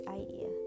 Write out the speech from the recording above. idea